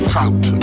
Trout